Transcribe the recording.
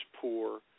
poor